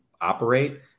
operate